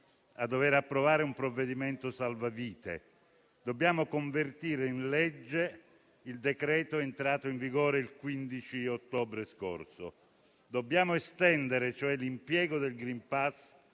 a dover approvare un provvedimento salva-vite. Dobbiamo infatti convertire in legge il decreto entrato in vigore il 15 ottobre scorso e cioè dobbiamo estendere l'impiego del *green pass*